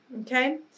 okay